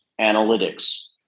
analytics